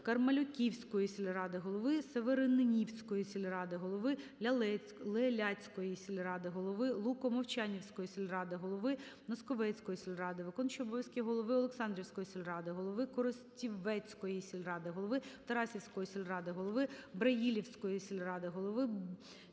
Кармалюківської сільради, голови Северинівської сільради, голови Леляцької сільради, голови Луко-Мовчанської сільради, голови Носковецької сільради, виконуючого обов'язки голови Олександрівської сільради, голови Коростівецької сільради, голови Тарасівської сільради, голови Браїлівської сельради, голови